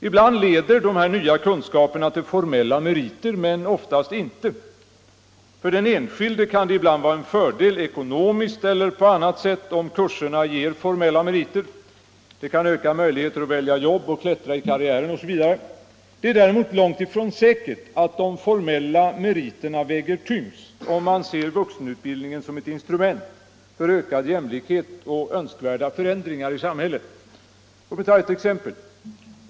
Ibland, men oftast inte, leder de nya kunskaperna till formella meriter. För den enskilde kan det ibland vara en fördel — ekonomiskt eller på annat sätt — om kurserna ger formella meriter, eftersom det kan öka möjligheterna att välja jobb, klättra i karriären osv. Däremot är det långt ifrån säkert att de formella meriterna väger tyngst, om man ser vuxenutbildningen som instrument för ökad jämlikhet och önskvärda förändringar i samhället. Låt mig ta ett exempel.